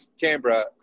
Canberra